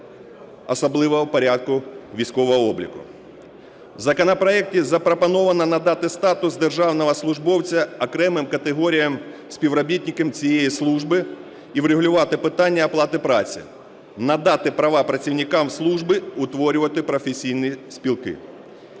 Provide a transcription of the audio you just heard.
особливого порядку військового обліку. В законопроекті запропоновано надати статус державного службовця окремим категоріям співробітників цієї служби і врегулювати питання оплати праці, надати права працівникам служби утворювати професійні спілки.